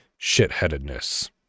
shitheadedness